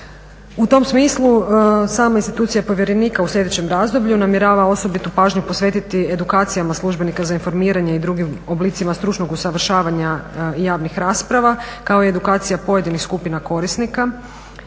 U tom smislu sama institucija povjerenika u sljedećem razdoblju namjerava osobitu pažnju posvetiti edukacijama službenika za informiranje i drugim oblicima stručnog usavršavanja i javnih rasprava, kao i edukacija pojedinih skupina korisnika,